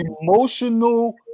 emotional